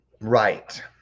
Right